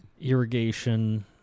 irrigation